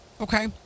okay